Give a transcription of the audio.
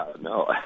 no